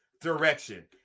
direction